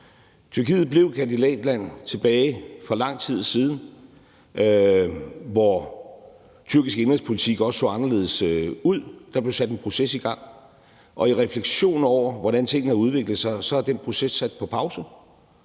Tyrkiet blev kandidatland for lang tid siden, hvor tyrkisk indenrigspolitik også så anderledes ud. Der blev sat en proces i gang, og i refleksion over, hvordan tingene har udviklet sig, er den proces sat på pause.